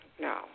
No